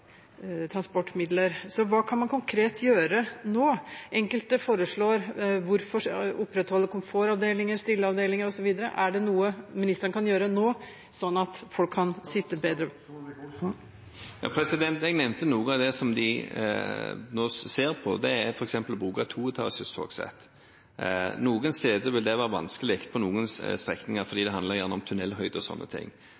Så hva kan man konkret gjøre nå? Enkelte spør: Hvorfor opprettholde komfortavdelinger, stillevogner osv.? Er det noe ministeren kan gjøre nå, slik at folk kan få sitte? Jeg nevnte noe av det de nå ser på, f.eks. å bruke toetasjers togsett. På noen strekninger vil det være vanskelig, for det handler gjerne om tunnelhøyde og slike ting. Ting tyder på